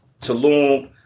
Tulum